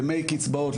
ימי קצבאות,